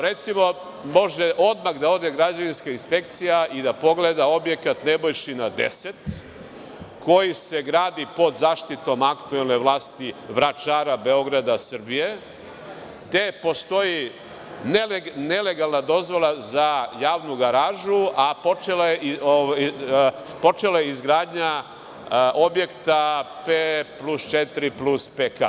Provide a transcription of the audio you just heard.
Recimo, može odmah da ode građevinska inspekcija i da pogleda objekat Nebojšina 10, koji se gradi pod zaštitom aktuelne vlasti Vračara, Beograda, Srbije, gde postoji nelegalna dozvola za javnu garažu, a počela je i izgradnja objekata P, plus četiri, plus PK.